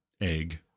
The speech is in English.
egg